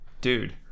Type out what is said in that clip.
dude